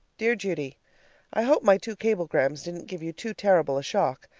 dear judy i hope my two cablegrams didn't give you too terrible a shock.